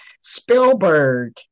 Spielberg